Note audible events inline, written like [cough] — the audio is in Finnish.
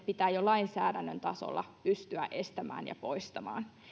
[unintelligible] pitää jo lainsäädännön tasolla pystyä estämään ja poistamaan